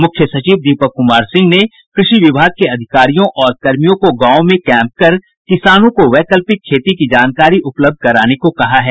मुख्य सचिव दीपक कुमार सिंह ने कृषि विभाग के अधिकारियों और कर्मियों को गांवों में कैम्प कर किसानों को वैकल्पिक खेती की जानकारी उपलब्ध कराने को कहा है